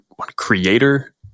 creator